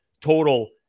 total